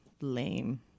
lame